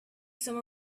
some